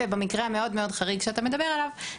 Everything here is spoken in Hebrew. במקרה המאוד חריג שאתה מדבר עליו,